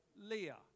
Leah